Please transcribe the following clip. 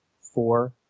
four